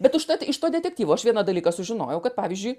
bet užtat iš to detektyvo aš vieną dalyką sužinojau kad pavyzdžiui